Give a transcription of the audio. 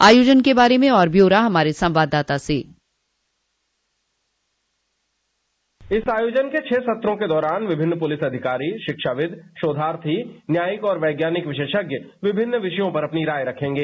आयोजन के बारे में और ब्यौरा हमारे संवाददाता से इस आयोजन के छह सत्रों के दौरान विभिन्न पुलिस अधिकारी शिक्षाविद शोधार्थी न्यायिक और वैज्ञानिक विशेषज्ञ विभिन्न विषयों पर अपनी राय रखेंगे